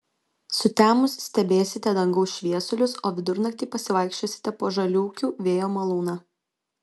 sutemus stebėsite dangaus šviesulius o vidurnaktį pasivaikščiosite po žaliūkių vėjo malūną